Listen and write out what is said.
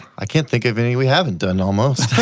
i can't think of any we haven't done, almost.